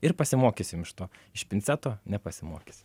ir pasimokysim iš to iš pinceto nepasimokys